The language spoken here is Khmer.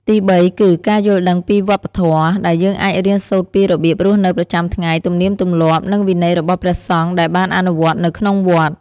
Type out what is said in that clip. ទីបីគឺ ការយល់ដឹងពីវប្បធម៌ ដែលយើងអាចរៀនសូត្រពីរបៀបរស់នៅប្រចាំថ្ងៃ ទំនៀមទម្លាប់ និងវិន័យរបស់ព្រះសង្ឃដែលបានអនុវត្តនៅក្នុងវត្ត។